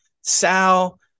Sal